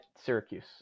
Syracuse